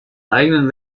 eigenen